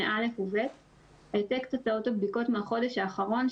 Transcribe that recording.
(א) ו-(ב); העתק תוצאות הבדיקות מהחודש האחרון,